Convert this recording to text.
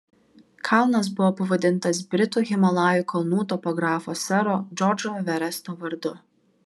kalnas buvo pavadintas britų himalajų kalnų topografo sero džordžo everesto vardu